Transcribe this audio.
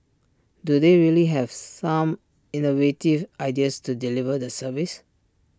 do they really have some innovative ideas to deliver the service